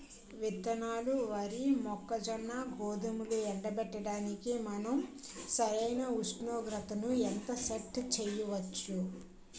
విత్తనాలు వరి, మొక్కజొన్న, గోధుమలు ఎండబెట్టడానికి మనం సరైన ఉష్ణోగ్రతను ఎంత సెట్ చేయవచ్చు?